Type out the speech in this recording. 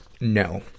No